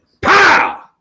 Pow